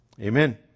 amen